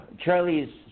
Charlie's